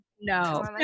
No